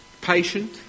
patient